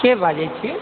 के बाजए छी